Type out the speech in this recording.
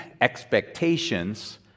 expectations